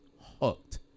hooked